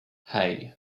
hey